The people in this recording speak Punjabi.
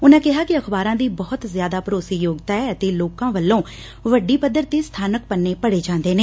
ਉਨੁਾਂ ਕਿਹਾ ਕਿ ਅਖ਼ਬਾਰਾਂ ਦੀ ਬਹੁਤ ਜ਼ਿਆਦਾ ਭਰੋਸੇ ਯੋਗਤਾ ਐ ਅਤੇ ਲੋਕਾਂ ਵੱਲੋਂ ਵੱਡੀ ਪੱਧਰ ਤੇ ਸਬਾਨਕ ਪੰਨੇ ਪੜੇ ਜਾਂਦੇ ਨੇ